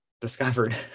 discovered